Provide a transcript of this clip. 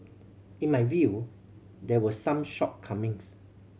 in my view there were some shortcomings